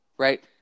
Right